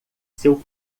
seu